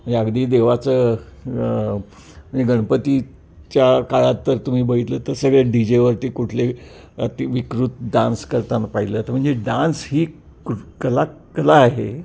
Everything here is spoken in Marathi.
म्हणजे अगदी देवाचं गणपतीच्या काळात तर तुम्ही बघितलं तर सगळे डी जेवरती कुठले अति विकृत डान्स करताना पाहिलं तर म्हणजे डान्स ही कु कला कला आहे